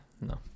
no